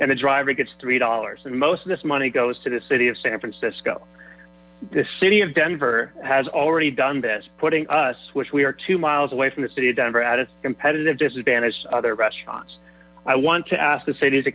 and driver gets three dollars and most of this money goes to the city of san francisco the city of denver has already done this cutting us which we are two miles away from the city of denver at a competitive disadvantage other restaurants i want to ask t